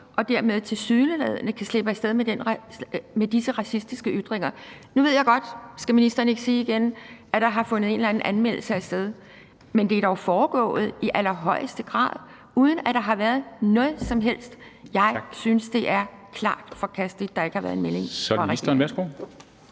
og dermed tilsyneladende kan slippe af sted med disse racistiske ytringer? Nu ved jeg godt – det skal ministeren ikke sige igen – at der har fundet en eller anden anmeldelse sted, men det er dog i allerhøjeste grad foregået, uden at der har været noget som helst. Jeg synes, det er klart forkasteligt, at der ikke har været en melding fra regeringen. Kl. 14:00 Formanden